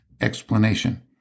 explanation